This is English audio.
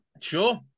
sure